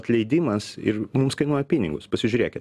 atleidimas ir mums kainuoja pinigus pasižiūrėkit